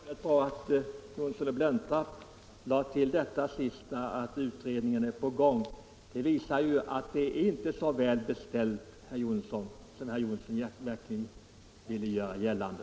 Herr talman! Det var väldigt bra att herr Johnsson i Blentarp lade till detta sista, att utredningen är i gång. Det visar att det inte är så väl beställt som herr Johnsson ville göra gällande.